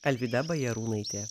alvyda bajarūnaitė